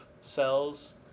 cells